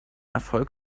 erfolg